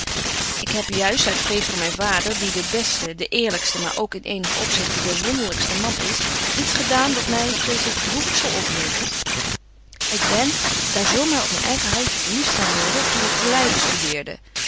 ik heb juist uit vrees voor myn vader die de beste de eerlykste maar ook in eenigen opzichte de wonderlykste man is iets gedaan dat my vrees ik droevig zal opbreken ik ben daar zo maar op myn eigen houtje verlieft gaan worden toen ik te leiden studeerde